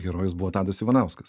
herojus buvo tadas ivanauskas